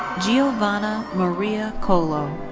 giovanna marija colo.